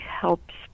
helps